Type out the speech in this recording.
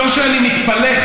לא שאני מתפלא,